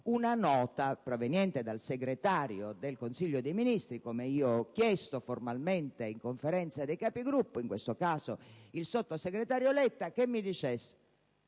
una nota, proveniente dal segretario del Consiglio dei ministri, come io ho chiesto formalmente in Conferenza dei Capigruppo - in questo caso il sottosegretario Letta - che mi dicesse